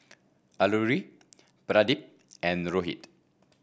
Alluri Pradip and Rohit